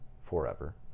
forever